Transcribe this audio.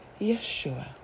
Yeshua